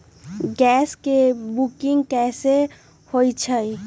Gas के booking कैसे होईछई?